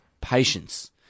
Patience